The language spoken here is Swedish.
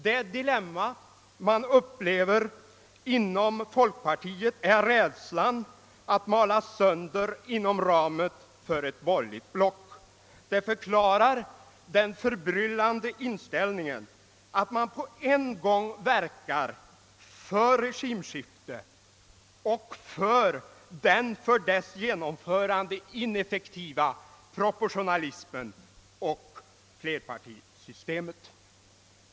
Det dilemma man upplever inom folkpartiet är rädslan att malas sönder inom ramen för ett borgerligt block. Detta förklarar den förbryllande inställningen att man på en gång verkar för ett regimskifte och för den för detta skiftes genomförande ineffektiva proportionalismen och flerpartisystemet.